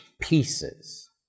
pieces